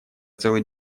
целый